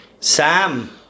sam